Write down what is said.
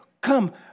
come